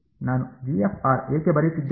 ನಾನು ಯಾಕೆ ಬರೆಯುತ್ತಿದ್ದೇನೆ